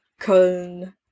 Köln